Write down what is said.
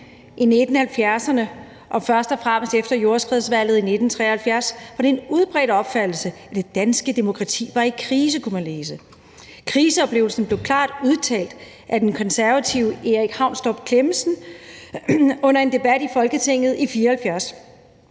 I 1970'erne, og først og fremmest efter jordskredsvalget i 1973, var det en udbredt opfattelse, at det danske demokrati var i krise. Kriseoplevelsen blev klart udtalt af den konservative Erik Haunstrup Clemmensen under en debat i Folketinget i 1974: